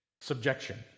Subjection